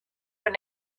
been